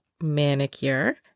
manicure